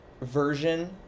version